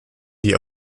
die